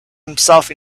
himself